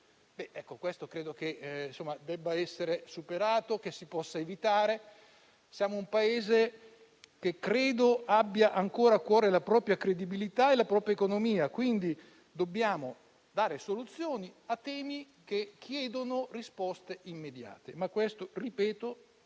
questo debba essere superato e che si possa evitare. Siamo un Paese che credo abbia ancora a cuore la propria credibilità e la propria economia. Dobbiamo dare soluzioni, quindi, a temi che chiedono risposte immediate. Ripeto che con il